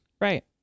Right